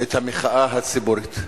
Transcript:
את המחאה הציבורית.